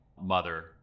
mother